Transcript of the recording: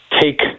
take